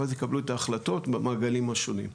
ואז יקבלו את ההחלטות המעגלים השונים.